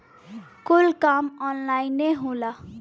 कुल काम ऑन्लाइने होला